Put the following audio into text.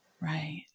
Right